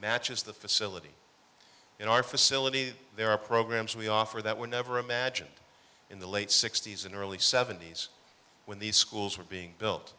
matches the facility in our facility that there are programs we offer that were never imagined in the late sixty's and early seventy's when these schools were being built